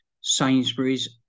Sainsbury's